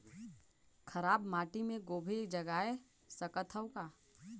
खराब माटी मे गोभी जगाय सकथव का?